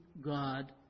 God